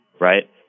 right